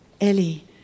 Ellie